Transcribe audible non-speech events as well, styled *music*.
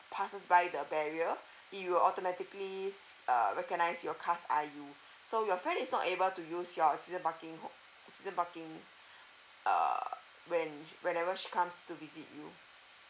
passes by the barrier it will automatically s~ uh recognise your car's I_U so your friend is not able to use your season parking hold~ season parking *breath* err when she whenever she comes to visit you